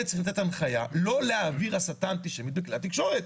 אתה צריך לתת הנחיה לא להעביר הסתה אנטישמית בכלי התקשורת.